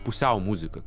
pusiau muzika